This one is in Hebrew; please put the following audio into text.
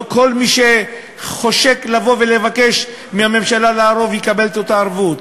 לא כל מי שחושק לבוא ולבקש מהממשלה לערוב יקבל את אותה ערבות,